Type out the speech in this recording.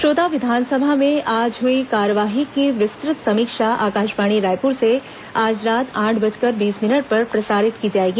श्रोता विधानसभा में आज हुई कार्यवाही की विस्तृत समीक्षा आकाशवाणी रायपुर से आज रात आठ बजकर बीस मिनट पर प्रसारित की जाएगी